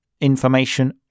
information